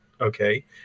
Okay